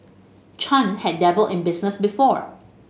Chan had dabbled in business before